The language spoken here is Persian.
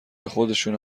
خودشونه